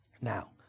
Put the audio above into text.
Now